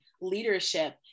leadership